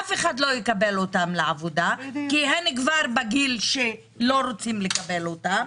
אף אחד לא יקבל אותן לעבודה כי הן כבר בגיל שלא רוצים לקבל אותן.